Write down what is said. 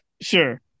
sure